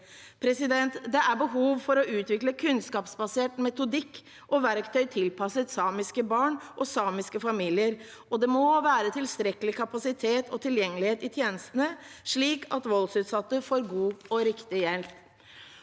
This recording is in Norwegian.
gjelder. Det er behov for å utvikle kunnskapsbasert metodikk og verktøy tilpasset samiske barn og samiske familier, og det må være tilstrekkelig kapasitet og tilgjengelighet i tjenestene, slik at voldsutsatte får god og riktig hjelp.